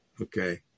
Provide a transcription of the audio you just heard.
okay